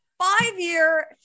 Five-year